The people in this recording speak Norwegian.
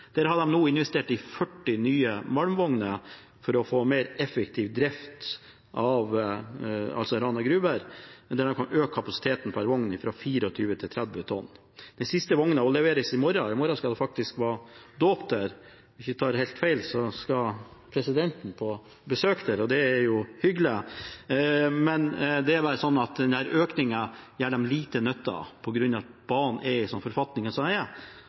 der. Der har de nå investert i 40 nye malmvogner for å få mer effektiv drift av Rana Gruber, og kan øke kapasiteten per vogn fra 24 til 30 tonn. Den siste vogna leveres i morgen, og i morgen skal det faktisk være dåp der. Hvis jeg ikke tar helt feil, skal presidenten på besøk dit, og det er jo hyggelig. Men den økningen har de liten nytte av. På grunn av at banen er i en sånn